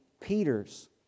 Peter's